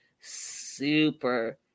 super